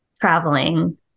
traveling